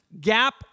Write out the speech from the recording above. gap